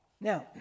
Now